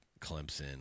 Clemson